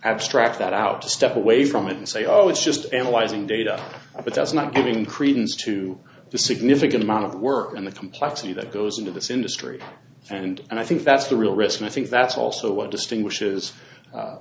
abstract that out to step away from it and say oh it's just analyzing data but does not i mean credence to the significant amount of work and the complexity that goes into this industry and i think that's the real risk and i think that's also what distinguishes u